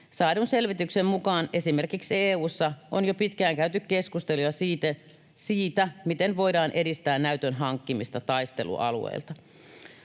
Saadun selvityksen mukaan esimerkiksi EU:ssa on jo pitkään käyty keskustelua siitä, miten voidaan edistää näytön hankkimista taistelualueilta.